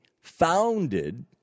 founded